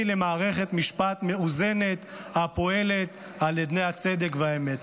למערכת משפט מאוזנת הפועלת על אדני הצדק והאמת.